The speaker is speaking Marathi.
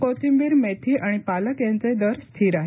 कोथिंबीर मेथी आणि पालक यांचे दर स्थिर आहेत